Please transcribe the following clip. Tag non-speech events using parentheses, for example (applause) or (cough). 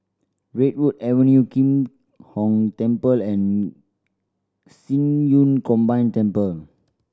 Redwood Avenue Kim Hong Temple and (unintelligible) Yun Combined Temple